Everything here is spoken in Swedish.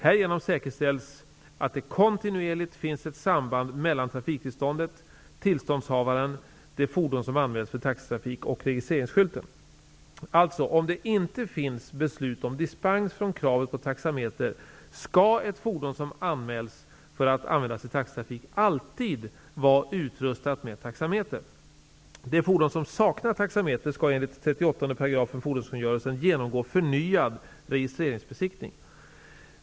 Härigenom säkerställs att det kontinuerligt finns ett samband mellan trafiktillståndet, tillståndshavaren, det fordon som anmälts för taxitrafik och registreringsskylten. Alltså skall, om det inte finns beslut om dispens från kravet på taxameter, ett fordon som anmälts för att användas i taxitrafik alltid vara utrustat med taxameter. Det fordon som saknar taxameter skall enligt 38 § fordonskungörelsen genomgå förnyad registreringsbesiktning.